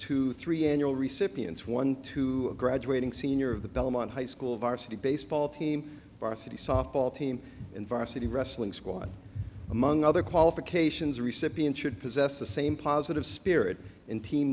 to three annual recipients one to graduating senior of the belmont high school varsity baseball team our city softball team in virus city wrestling squad among other qualifications recipients should possess the same positive spirit and team